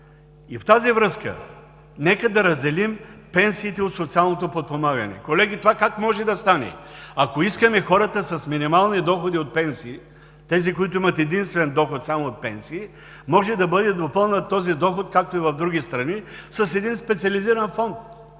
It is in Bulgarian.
В тази връзка нека да разделим пенсиите от социалното подпомагане! Колеги, как може да стане това? Ако искаме хората с минимални доходи от пенсии, тези които имат единствен доход само от пенсия, този доход може да бъде допълнен, както е в други страни, с един специализиран фонд.